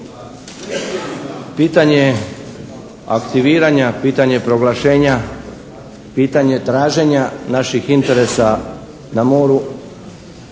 Pitanje aktiviranja, pitanje proglašenja, pitanje traženja naših interesa na moru